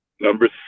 Number